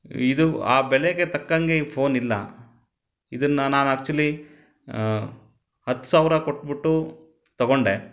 ಇದು ಆ ಬೆಲೆಗೆ ತಕ್ಕಂಗೆ ಈ ಫೋನ್ ಇಲ್ಲ ಇದನ್ನ ನಾನು ಆಕ್ಚುಲೀ ಹತ್ತು ಸಾವಿರ ಕೊಟ್ಬಿಟ್ಟು ತೊಗೊಂಡೆ